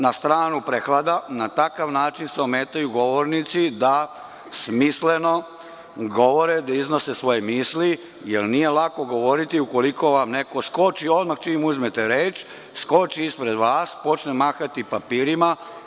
Na stranu prehlada, na takav način se ometaju govornici da smisleno govore, da iznose svoje misli jer nije lako govoriti ukoliko vam neko skoči odmah čim uzmete reč, skoči ispred vas, počne mahati papirima.